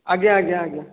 ଆଜ୍ଞା ଆଜ୍ଞା ଆଜ୍ଞା